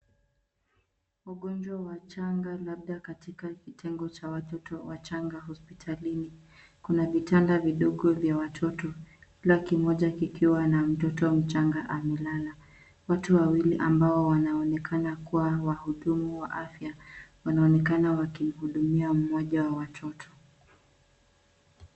Ugonjwa wa changa labda katika kitengo cha watoto wachanga hospitalini. Kuna vitanda vidogo vya watoto, kila kimoja kikiwa na mtoto mchanga amelala. Watu wawili ambao wanaonekana kuwa wahudumu wa afya wanaonekana wakihudumia moja wa watoto.